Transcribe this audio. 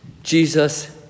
Jesus